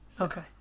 Okay